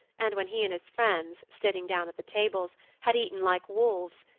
and when he and his friends, sitting down at the tables, had eaten like wolves,